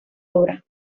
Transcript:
obra